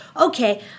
okay